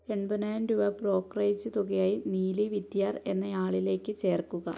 എൺപതിനായിരം രൂപ ബ്രോക്കറേജ് തുകയായി നീലി വിദ്യാർ എന്നയാളിലേക്ക് ചേർക്കുക